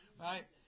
Right